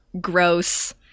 gross